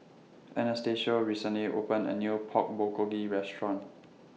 Anastacio recently opened A New Pork Bulgogi Restaurant